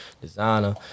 designer